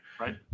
Right